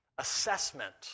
Assessment